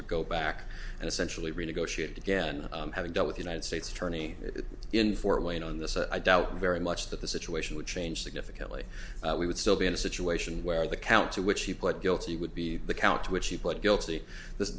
would go back and essentially renegotiate again having dealt with united states attorney in fort wayne on this i doubt very much that the situation would change significantly we would still be in a situation where the count to which he pled guilty would be the count which he pled guilty t